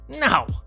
no